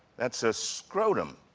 that's a scrotum.